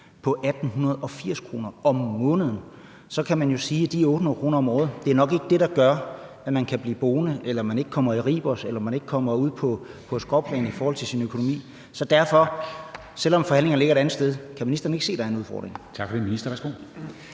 på 1.880 kr. om måneden. Så kan man jo sige, at de 800 kr. om året nok ikke er det, der gør, at man kan blive boende, eller at man ikke kommer i Ribers, eller at man ikke kommer ud på et skråplan i forhold til sin økonomi. Så kan ministeren derfor ikke se – selv om forhandlingerne ligger et andet sted – at der er en udfordring?